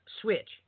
switch